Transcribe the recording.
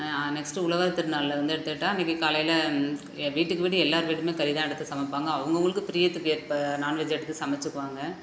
next உழவர் திருநாளில் வந்து எடுத்துக்கிட்டால் அன்றைக்கி காலையில் வீட்டுக்கு வீடு எல்லோர் வீடுமே கறி தான் எடுத்து சமைப்பாங்க அவங்கவுங்களுக்கு பிரியத்துக்கு ஏற்ப நான்வெஜ் எடுத்து சமச்சுப்பாங்க